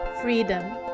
freedom